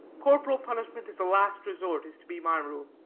corporal punishment as a last resort is to be my rule.